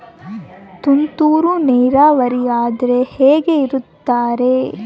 ತುಂತುರು ನೇರಾವರಿ ಅಂದ್ರೆ ಹೆಂಗೆ ಇರುತ್ತರಿ?